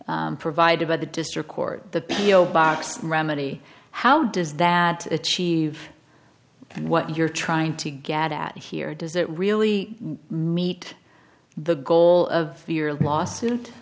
provided by the district court the p o box remedy how does that achieve and what you're trying to get at here does it really meet the goal of fear lawsuit